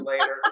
later